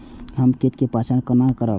हम कीट के पहचान कोना करब?